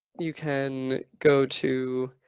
you can go to